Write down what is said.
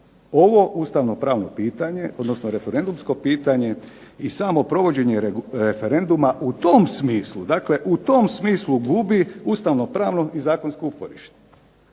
Ovo ustavno-pravno pitanje, odnosno referendumsko pitanje i samo provođenje referenduma u tom smislu, dakle u tom smislu gubi ustavno-pravno i zakonsko uporište.